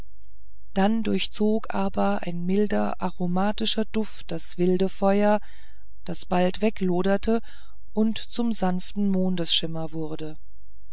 da durchzog aber ein milder aromatischer duft das wilde feuer das bald wegloderte und zum sanften mondesschimmer wurde